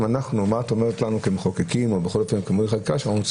אם את אומרת לנו כמחוקקים --- שאנחנו צריכים